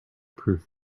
proof